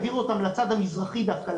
העבירה אותן לצד המזרחי דווקא,